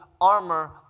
armor